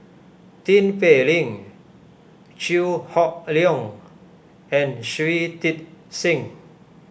Tin Pei Ling Chew Hock Leong and Shui Tit Sing